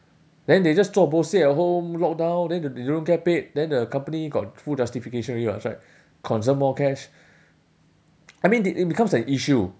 then they just zuo bo stay at home lockdown then they don't don't get paid then the company got full justification already [what] right conserve more cash I mean thi~ it becomes an issue